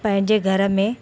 पंहिंजे घर में